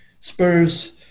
Spurs